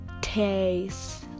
taste